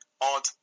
odd